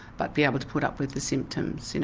but be able to put up with the symptoms you know.